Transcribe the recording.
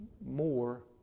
More